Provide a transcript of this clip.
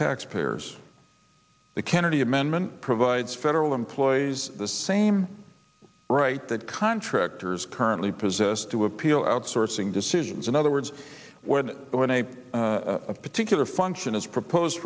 taxpayers the kennedy amendment provides federal employees the same right that contractors currently possess to appeal outsourcing decisions in other words when a particular function is propose